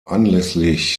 anlässlich